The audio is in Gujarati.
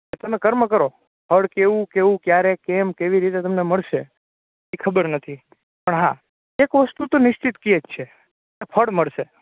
કે તમે કર્મ કરો ફળ કેવું કેવું કયારે કેમ કેવી રીતે તમને મળશે એ ખબર નથી પણ હા એક વસ્તુ તો નિશ્ચિત કહે જ છે કે ફળ મળશે